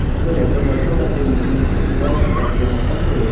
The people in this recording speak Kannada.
ಬಂದು ಲೆಟ್ರು ಬರ್ದು ಮತ್ತು ಮುಂದಿನ ಏನು ಪ್ರೊಸೀಜರ್ ಅದ ಎಲ್ಲ ಕ್ಲಿಯರ್ ಮಾಡ್ಕೊಂದು ಒಯ್ರಿ